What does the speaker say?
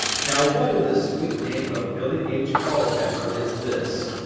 now what in the sweet name of billy h. culpepper is this?